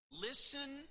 listen